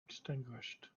extinguished